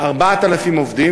4,000 עובדים.